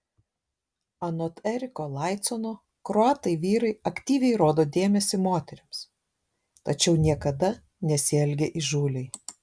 anot eriko laicono kroatai vyrai aktyviai rodo dėmesį moterims tačiau niekada nesielgia įžūliai